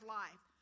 life